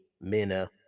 Mina